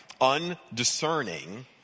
undiscerning